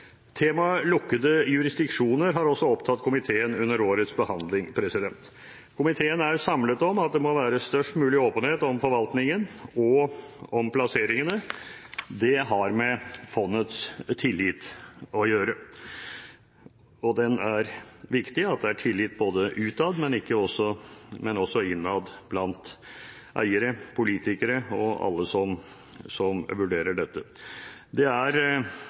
lukkede jurisdiksjoner har også opptatt komiteen under årets behandling. Komiteen er samlet om at det må være størst mulig åpenhet om forvaltningen og om plasseringene. Det har med fondets tillit å gjøre. Den er viktig, at det er tillit både utad og innad – blant eiere, politikere og alle som vurderer dette. Det er